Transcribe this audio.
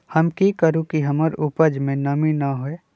हम की करू की हमर उपज में नमी न होए?